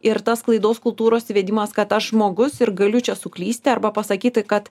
ir tas klaidos kultūros įvedimas kad aš žmogus ir galiu čia suklysti arba pasakyti kad